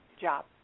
job